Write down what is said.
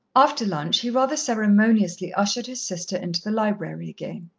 after lunch he rather ceremoniously ushered his sister into the library again.